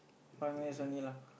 five minutes only lah